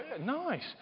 nice